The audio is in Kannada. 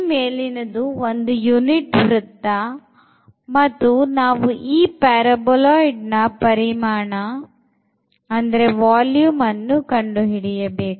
ಈ ಮೇಲಿನದು ಒಂದು unit ವೃತ್ತ ಮತ್ತು ನಾವು ಈ paraboloid ನ ಪರಿಮಾಣವನ್ನು ಕಂಡುಹಿಡಿಯಬೇಕು